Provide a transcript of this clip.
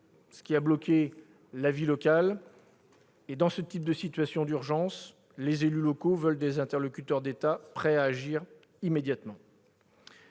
ce qui a bloqué la vie locale. Dans ce type de situation d'urgence, les élus locaux veulent des interlocuteurs d'État prêts à agir immédiatement.